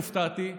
הופתעתי,